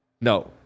no